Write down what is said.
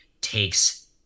takes